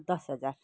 दस हजार